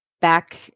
back